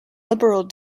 liberal